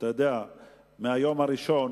שמהיום הראשון